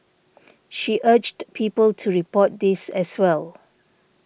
she urged people to report these as well